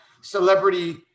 celebrity